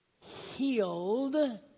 healed